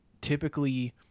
typically